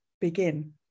begin